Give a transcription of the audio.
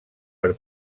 per